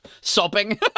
sobbing